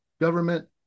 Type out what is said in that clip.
government